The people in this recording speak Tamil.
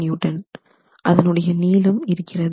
5kN அதனுடைய நீளம் இருக்கிறது